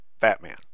Batman